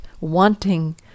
wanting